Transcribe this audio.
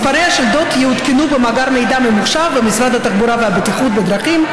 מספרי השלדות יעודכנו במאגר מידע ממוחשב במשרד התחבורה והבטיחות בדרכים,